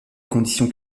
conditions